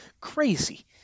Crazy